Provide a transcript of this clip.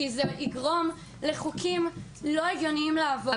כי זה יגרום לחוקים לא הגיוניים לעבור,